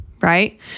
right